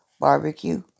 barbecue